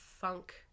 funk